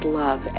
love